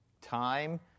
time